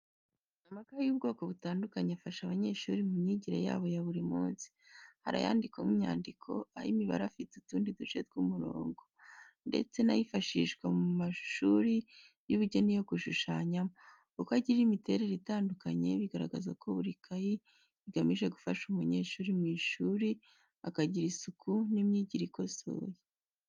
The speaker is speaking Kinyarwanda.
Amakayi y'ubwoko butandukanye afasha abanyeshuri mu myigire yabo ya buri munsi. Hari ayandikwamo inyandiko, ay’imibare afite utundi duce tw’umurongo, ndetse n’ayifashishwa mu mashuri y’ubugeni yo gushushanyamo. Uko agira imiterere itandukanye bigaragaza ko buri kayi iba igamije gufasha umunyeshuri mu ishuri akagira isuku n’imyigire ikosoye.